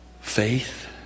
faith